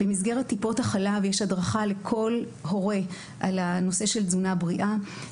במסגרת טיפות החלב יש הדרכה לכל הורה על נושא תזונה בריאה,